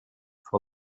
for